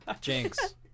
Jinx